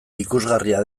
ikusgarria